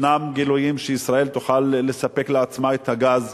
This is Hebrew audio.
ישנם גילויים שישראל תוכל לספק לעצמה את הגז.